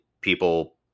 people